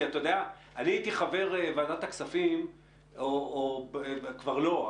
הייתי חבר ועדת הכספים או כבר לא,